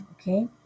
okay